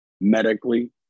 medically